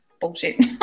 bullshit